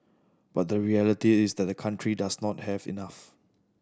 but the reality is that the country does not have enough